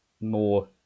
more